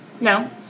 No